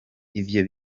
ivyo